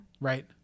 Right